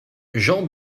jean